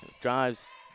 drives